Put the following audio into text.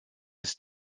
ist